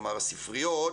כלומר הספריות,